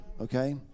okay